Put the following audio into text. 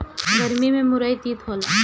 गरमी में मुरई तीत होला